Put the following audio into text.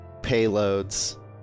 payloads